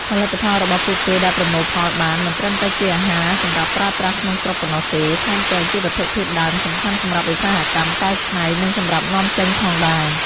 ផលិតផលរបស់ពួកគេដែលប្រមូលផលបាន មិនត្រឹមតែជាអាហារសម្រាប់ប្រើប្រាស់ក្នុងស្រុកប៉ុណ្ណោះទេ ថែមទាំងជាវត្ថុធាតុដើមសំខាន់សម្រាប់ឧស្សាហកម្មកែច្នៃ និងសម្រាប់នាំចេញផងដែរ។